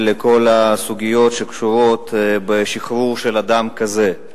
כל הסוגיות שקשורות בשחרור של אדם כזה.